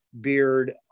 beard